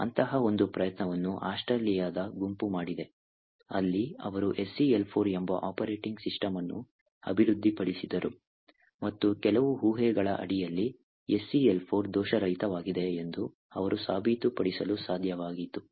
ಅಂತಹ ಒಂದು ಪ್ರಯತ್ನವನ್ನು ಆಸ್ಟ್ರೇಲಿಯಾದ NICTA ಗುಂಪು ಮಾಡಿದೆ ಅಲ್ಲಿ ಅವರು SeL4 ಎಂಬ ಆಪರೇಟಿಂಗ್ ಸಿಸ್ಟಮ್ ಅನ್ನು ಅಭಿವೃದ್ಧಿಪಡಿಸಿದರು ಮತ್ತು ಕೆಲವು ಊಹೆಗಳ ಅಡಿಯಲ್ಲಿ SeL4 ದೋಷರಹಿತವಾಗಿದೆ ಎಂದು ಅವರು ಸಾಬೀತುಪಡಿಸಲು ಸಾಧ್ಯವಾಯಿತು